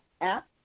app